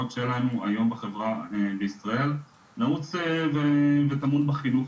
שלנו היום בחברה בישראל נעוץ וטמון בחינוך.